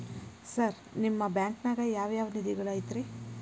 Sir ನಿಮ್ಮ ಬ್ಯಾಂಕನಾಗ ಯಾವ್ ಯಾವ ನಿಧಿಗಳು ಐತ್ರಿ?